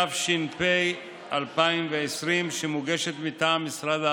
התש"ף 2020, שמוגשת מטעם משרד העבודה,